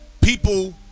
people